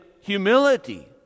humility